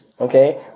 okay